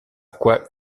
quoi